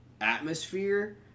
atmosphere